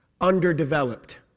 underdeveloped